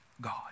God